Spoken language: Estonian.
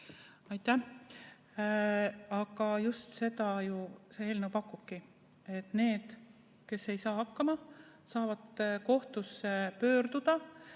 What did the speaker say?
Aitäh! Aga just seda see eelnõu pakubki, et need, kes ei saa hakkama, saavad kohtusse pöörduda.